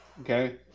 Okay